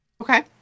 Okay